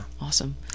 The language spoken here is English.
Awesome